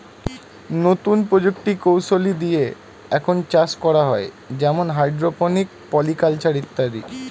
নতুন প্রযুক্তি কৌশলী দিয়ে এখন চাষ করা হয় যেমন হাইড্রোপনিক, পলি কালচার ইত্যাদি